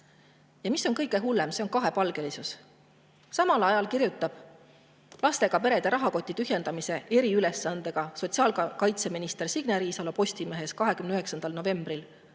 Ja mis on kõige hullem? See kahepalgelisus. Samal ajal kirjutab lastega perede rahakoti tühjendamise eriülesandega sotsiaalkaitseminister Signe Riisalo Postimehes 29. novembril